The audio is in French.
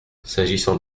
s’agissant